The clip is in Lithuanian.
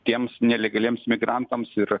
tiems nelegaliems migrantams ir